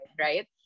right